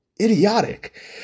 idiotic